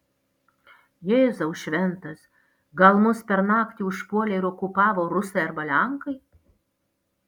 jėzau šventas gal mus per naktį užpuolė ir okupavo rusai arba lenkai